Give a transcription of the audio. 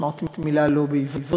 אמרתי מילה לא בעברית,